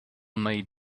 made